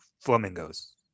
Flamingos